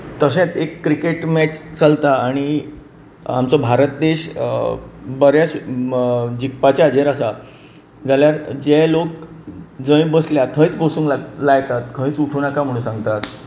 तशेंच एक cricket match चलता आनी आमचो भारत देश बऱ्याच जिखपाचे हाचेर आसा जाल्यार जे लोक जंय बसल्यात थंयच बसूंक लायतात खंयच उठूं नाकात म्हूण सांगतात